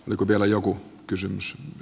oliko vielä joku kysymys